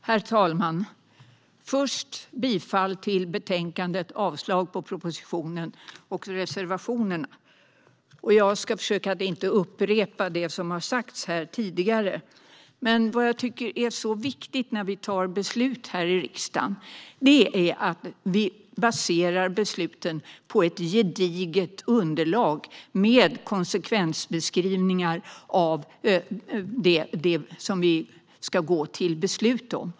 Herr talman! Först vill jag yrka bifall till utskottets förslag i betänkandet och avslag på reservationerna. Det som är så viktigt när vi fattar beslut här i riksdagen är att vi baserar besluten på ett gediget underlag med konsekvensbeskrivningar av det som vi fattar beslut om.